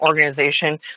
organization